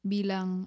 Bilang